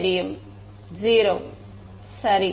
0 சரி